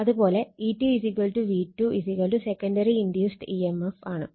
അത് പോലെ E2 V2 secondary induced E M F ആണ്